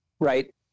Right